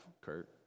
Kurt